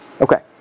Okay